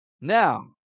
Now